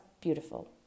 beautiful